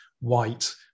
white